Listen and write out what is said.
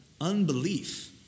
unbelief